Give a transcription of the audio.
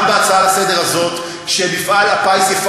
גם בהצעה לסדר-היום הזאת,